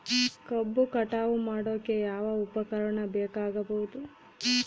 ಕಬ್ಬು ಕಟಾವು ಮಾಡೋಕೆ ಯಾವ ಉಪಕರಣ ಬೇಕಾಗಬಹುದು?